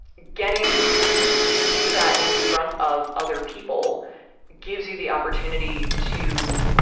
getting to do that in front of other people gives you the opportunity to,